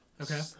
Okay